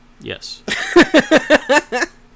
Yes